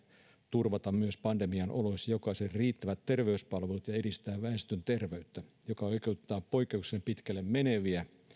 turvata myös pandemian oloissa jokaisen riittävät terveyspalvelut ja edistää väestön terveyttä ja joka oikeuttaa poikkeuksellisen pitkälle meneviä